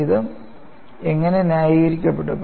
ഇത് എങ്ങനെ ന്യായീകരിക്കപ്പെട്ടു